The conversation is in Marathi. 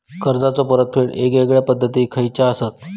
कर्जाचो परतफेड येगयेगल्या पद्धती खयच्या असात?